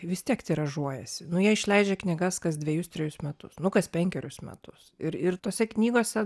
vis tiek tiražuojasi nu jie išleidžia knygas kas dvejus trejus metus nu kas penkerius metus ir ir tose knygose